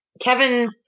Kevin